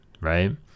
Right